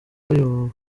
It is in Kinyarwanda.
bayobowe